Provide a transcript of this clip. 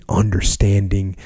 understanding